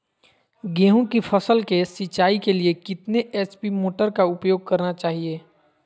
गेंहू की फसल के सिंचाई के लिए कितने एच.पी मोटर का उपयोग करना चाहिए?